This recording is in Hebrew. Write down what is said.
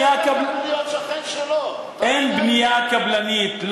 אין בנייה קבלנית,